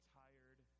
tired